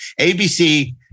ABC